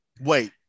wait